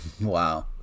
Wow